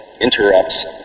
interrupts